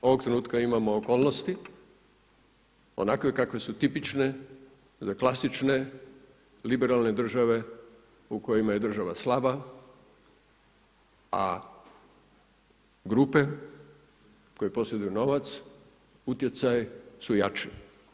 Ovog trenutka imamo okolnosti onakve kakve su tipične za klasične liberalne države u kojima je država slaba a grupe koje posjeduju novac, utjecaj su jači.